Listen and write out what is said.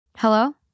Hello